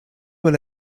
will